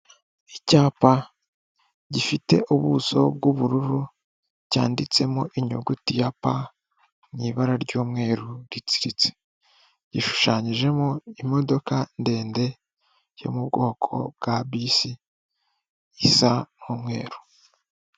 Icyapa gifite ubuso bw'ubururu cyanditsemo inyuguti ya pa mu ibara ry'umweru gitsiritse. Gishushanyijemo imodoka ndende yo mu bwoko bwa bisi isa n'umweru.